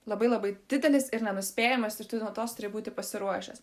labai labai didelis ir nenuspėjamas ir tu nuolatos turi būti pasiruošęs